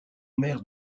mère